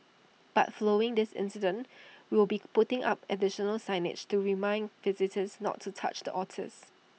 but following this incident we will be putting up additional signage to remind visitors not to touch the otters